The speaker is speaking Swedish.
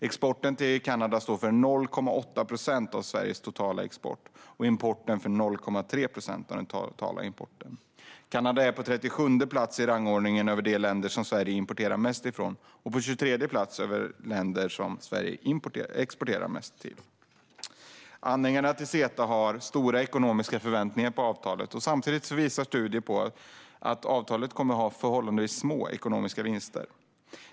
Exporten till Kanada står för 0,8 procent av Sveriges totala export och importen för 0,3 procent av den totala importen. Kanada är på 37:e plats i rangordningen över de länder som Sverige importerar mest ifrån och på 23:e plats över de länder som Sverige exporterar mest till. Anhängarna till CETA har stora ekonomiska förväntningar på avtalet. Samtidigt visar studier att avtalet kommer att ge förhållandevis små ekonomiska vinster.